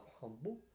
humble